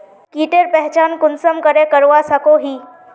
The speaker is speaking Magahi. कीटेर पहचान कुंसम करे करवा सको ही?